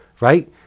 right